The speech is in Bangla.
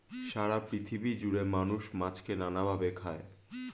সারা পৃথিবী জুড়ে মানুষ মাছকে নানা ভাবে খায়